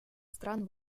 стран